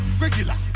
Regular